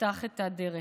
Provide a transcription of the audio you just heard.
תפתח את הדרך.